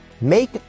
Make